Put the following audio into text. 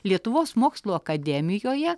lietuvos mokslų akademijoje